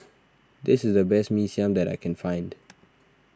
this is the best Mee Siam that I can find